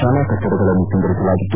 ಶಾಲಾ ಕಟ್ಟಡಗಳನ್ನು ಸಿಂಗರಿಸಲಾಗಿತ್ತು